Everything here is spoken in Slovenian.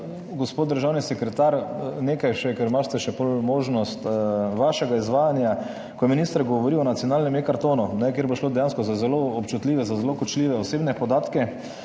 gospod državni sekretar, nekaj še, ker imate še potem možnost vašega izvajanja, ko je minister govoril o nacionalnem eKartonu, kjer bo šlo dejansko za zelo občutljive, za zelo kočljive osebne podatke,